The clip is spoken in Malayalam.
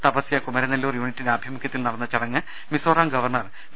തപസ്യ കുമരനെല്ലൂർ യൂണിറ്റിന്റെ ആഭിമുഖ്യത്തിൽ നടന്ന ചടങ്ങ് മിസോറാം ഗവർണർ പി